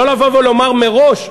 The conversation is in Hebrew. לא לבוא ולומר מראש,